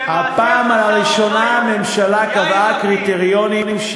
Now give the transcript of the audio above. כל זמן שהם קיימים,